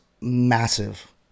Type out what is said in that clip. massive